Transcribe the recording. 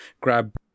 grab